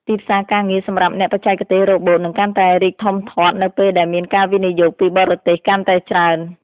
ទីផ្សារការងារសម្រាប់អ្នកបច្ចេកទេសរ៉ូបូតនឹងកាន់តែរីកធំធាត់នៅពេលដែលមានការវិនិយោគពីបរទេសកាន់តែច្រើន។